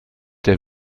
der